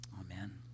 Amen